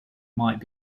might